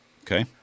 Okay